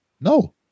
No